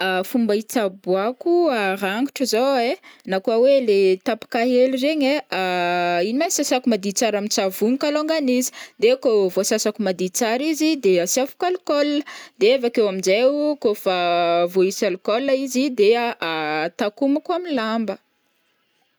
Fomba hitsaboako rangotra zao ai na koa hoe le tapaka hely regny ai ino ma e sasako mady tsara amin-tsavony kalôngany izy de kô voasasako mady tsara izy de asiavako alcool de avakeo aminjay o kaofa voahisy alcool izy de a- takomako am'lamba.